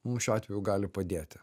mums šiuo atveju gali padėti